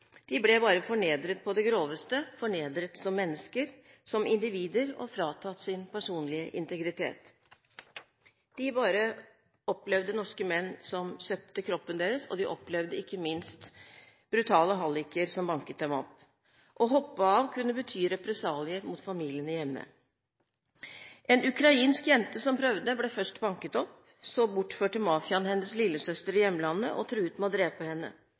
De ble bare fornedret på det groveste – fornedret som mennesker, som individer – og fratatt sin personlige integritet. De opplevde bare norske menn som kjøpte kroppen deres, og de opplevde ikke minst brutale halliker som banket dem opp. Å hoppe av kunne bety represalier mot familiene hjemme. En ukrainsk jente som prøvde, ble først banket opp. Så bortførte mafiaen hennes lillesøster i hjemlandet og truet med å drepe henne.